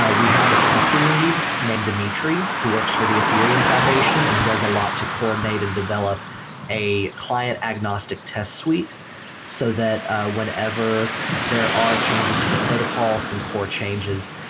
ah we have a testing lead named demetri who works for the ethereum foundation and he does a lot to coordinate and develop a client agnostic test suite so that whenever there are changes to the protocol, some core changes,